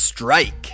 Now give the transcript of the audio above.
Strike